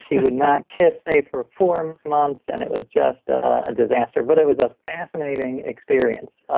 she would not kiss me for four months, and it was just a disaster, but it was a fascinating experience,